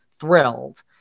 thrilled